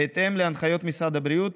בהתאם להנחיות משרד הבריאות.